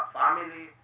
family